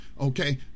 okay